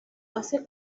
hace